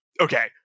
okay